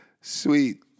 Sweet